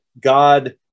God